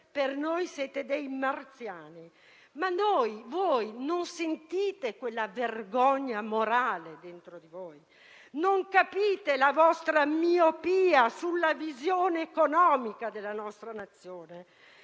per noi siete dei marziani. Non sentite vergogna morale dentro di voi? Non capite la vostra miopia sulla visione economica della nostra Nazione?